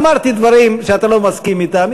אמרתי דברים שאתה לא מסכים אתם,